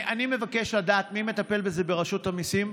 אני מבקש לדעת מי מטפל בזה ברשות המיסים.